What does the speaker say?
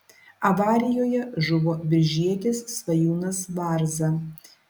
avarijoje žuvo biržietis svajūnas varza